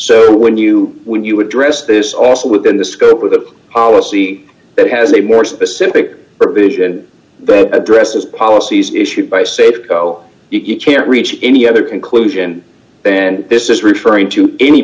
so when you when you address this also within the scope of a policy that has a more specific provision that addresses policies issued by safe though you can't reach any other conclusion then this is referring to any